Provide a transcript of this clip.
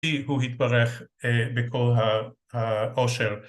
‫כי הוא התברך בכל העושר.